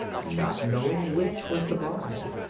not knowing which was the bride.